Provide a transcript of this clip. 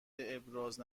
ابراز